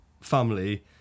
family